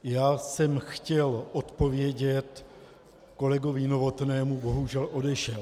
Já jsem chtěl odpovědět kolegovi Novotnému, bohužel odešel.